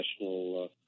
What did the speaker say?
national